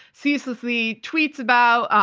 ceaselessly tweets about,